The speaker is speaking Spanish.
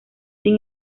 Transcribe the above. sin